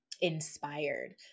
inspired